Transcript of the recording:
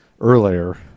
earlier